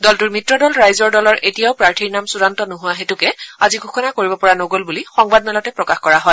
দলটোৰ মিত্ৰ দল ৰাইজৰ দলৰ এতিয়াও প্ৰাৰ্থীৰ নাম চুড়ান্ত নোহোৱা হেতুকে আজি ঘোষণা কৰিব পৰা নগ'ল বুলি সংবাদমেলতে প্ৰকাশ কৰা হয়